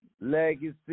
Legacy